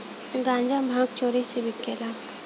गांजा भांग चोरी से बिकेला